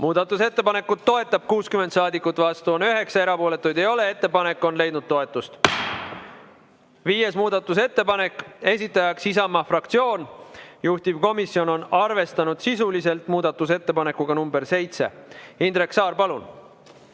Muudatusettepanekut toetab 60 saadikut, vastu on 9, erapooletuid ei ole. Ettepanek on leidnud toetust. Viies muudatusettepanek, esitaja Isamaa fraktsioon, juhtivkomisjon on arvestanud sisuliselt muudatusettepanekuga nr 7. Indrek Saar, palun!